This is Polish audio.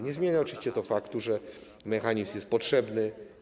Nie zmienia to oczywiście faktu, że mechanizm jest potrzebny.